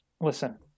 listen